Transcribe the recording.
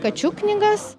kačiuk knygas